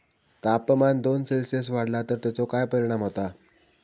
तापमान दोन सेल्सिअस वाढला तर तेचो काय परिणाम होता?